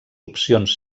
opcions